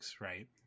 right